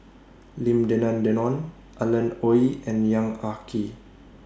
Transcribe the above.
Lim Denan Denon Alan Oei and Yong Ah Kee